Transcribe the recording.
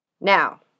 Now